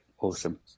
Awesome